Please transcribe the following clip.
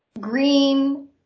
green